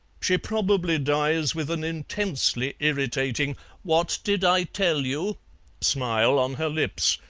she probably dies with an intensely irritating what-did-i-tell-you smile on her lips.